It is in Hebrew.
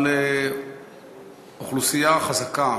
אבל אוכלוסייה חזקה